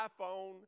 iPhone